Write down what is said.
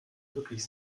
wirklich